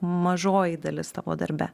mažoji dalis tavo darbe